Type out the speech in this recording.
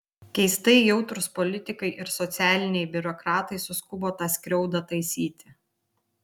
keistai jautrūs politikai ir socialiniai biurokratai suskubo tą skriaudą taisyti